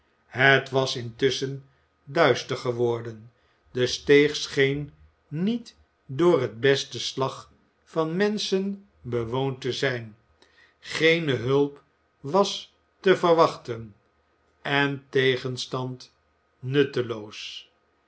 het was intusschen duister geworden de steeg scheen niet door het beste slag van menschen bewoond te zijn geene hulp was te verwachten en tegenstand nutteloos